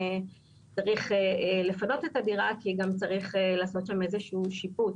צריך לפנות את הדירה כי גם צריך לעשות שם איזשהו שיפוץ,